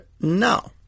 No